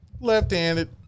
Left-handed